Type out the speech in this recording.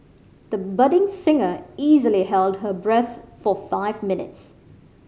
the budding singer easily held her breath for five minutes